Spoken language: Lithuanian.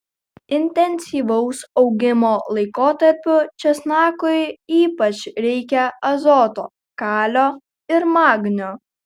intensyvaus augimo laikotarpiu česnakui ypač reikia azoto kalio ir magnio